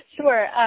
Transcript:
Sure